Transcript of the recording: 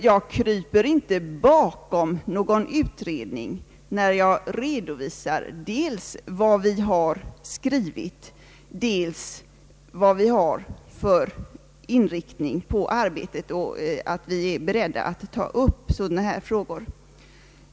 Jag kryper inte bakom någon utredning när jag redovisar dels vad vi har skrivit, dels vad vi har för inriktning på arbetet och säger att vi är beredda att ta upp sådana frågor.